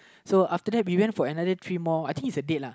so after that we went for another three more I think is a date lah